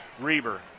Reber